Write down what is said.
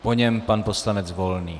Po něm pan poslanec Volný.